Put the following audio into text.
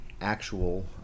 actual